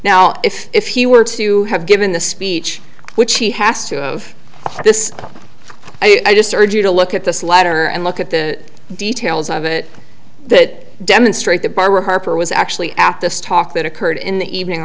now if if he were to have given the speech which he has two of this i just urge you to look at this letter and look at the details of it that demonstrate that barbara harper was actually at this talk that occurred in the evening